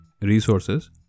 resources